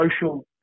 social